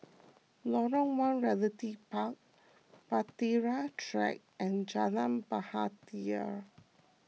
Lorong one Realty Park Bahtera Track and Jalan Bahtera